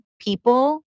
people